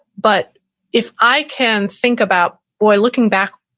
but if i can think about, well looking back,